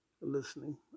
listening